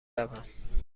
روم